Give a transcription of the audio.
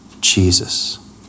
Jesus